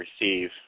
receive